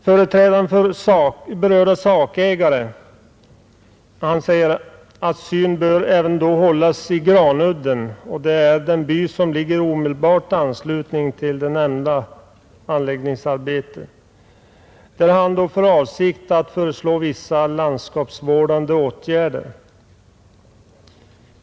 Företrädaren för berörda sakägare säger: ”Syn bör även hållas i Granudden” — det är den by som ligger i omedelbar anslutning till nämnda anläggningsarbete — ”där jag har för avsikt att föreslå vissa landskapsvårdande arbeten”.